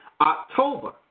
october